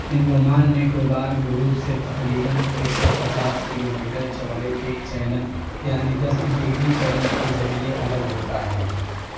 Andaman Nicobar group سے تقریباً ایک سو پچاس کلو میٹر چوڑے ایک چینل یعنی دس ڈگری چینل کے ذریعے الگ ہوتا ہے